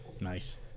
Nice